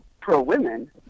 pro-women